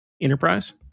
enterprise